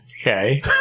Okay